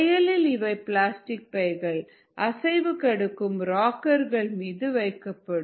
செயலில் இவை பிளாஸ்டிக் பைகள் அசைவு கொடுக்கும் ராக்கர்கள் மீது வைக்கப்படும்